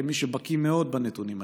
כמי שבקי מאוד בנתונים היום: